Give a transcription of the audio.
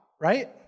right